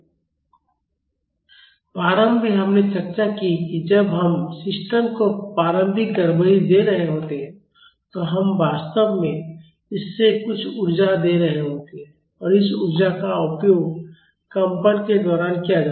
प्रारंभ में हमने चर्चा की है कि जब हम सिस्टम को प्रारंभिक गड़बड़ी दे रहे होते हैं तो हम वास्तव में इसे कुछ ऊर्जा दे रहे होते हैं और इस ऊर्जा का उपयोग कंपन के दौरान किया जाता है